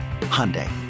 Hyundai